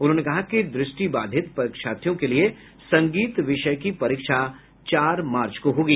उन्होंने कहा कि द्रष्टिबाधित परीक्षार्थियों के लिए संगीत विषय की परीक्षा चार मार्च को होगी